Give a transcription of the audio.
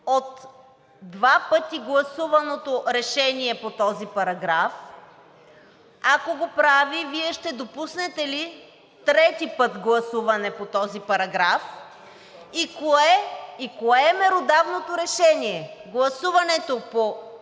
два пъти гласуваното решение по този параграф? Ако го прави, Вие ще допуснете ли трети път гласуване по този параграф? И кое е меродавното решение? Гласуването в